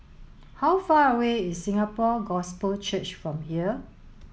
how far away is Singapore Gospel Church from here